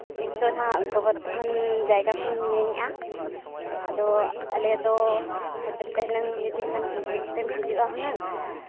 ᱤᱧ ᱫᱚ ᱱᱟᱜ ᱜᱳᱵᱳᱨᱫᱷᱚᱱ ᱡᱟᱭᱜᱟ ᱠᱷᱚᱱᱤᱧ ᱢᱮᱱᱮᱫᱼᱟ ᱟᱫᱚ ᱟᱞᱮᱭᱟᱜ ᱫᱚ ᱦᱳᱴᱮᱞ ᱛᱮ ᱦᱩᱱᱟᱹᱝ ᱢᱤᱫ ᱫᱤᱱ ᱜᱟᱱ ᱵᱷᱤᱡᱤᱴ ᱛᱮᱢ ᱦᱤᱡᱩᱜᱼᱟ ᱦᱩᱱᱟᱹᱝ